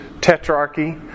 tetrarchy